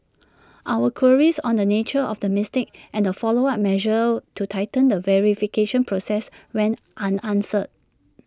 our queries on the nature of the mistake and the follow up measures to tighten the verification process went unanswered